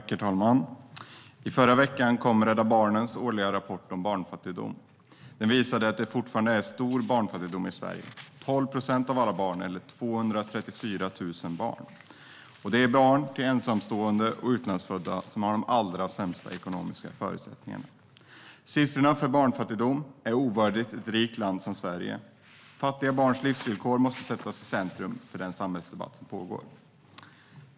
Herr talman! I förra veckan kom Rädda Barnens årliga rapport om barnfattigdom. Den visar att det fortfarande finns en stor barnfattigdom i Sverige: 12 procent av alla barn, eller 234 000 barn. Det är barn till ensamstående och utlandsfödda som har de allra sämsta ekonomiska förutsättningarna. Siffrorna för barnfattigdomen är ovärdiga ett rikt land som Sverige. Fattiga barns livsvillkor måste sättas i centrum för den samhällsdebatt som pågår.